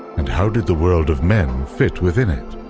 and how did the world of men fit within it?